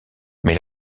mais